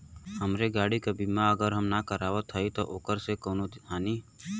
हमरे गाड़ी क बीमा अगर हम ना करावत हई त ओकर से कवनों हानि?